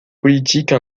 politiques